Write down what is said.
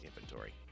inventory